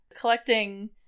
collecting